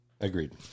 Agreed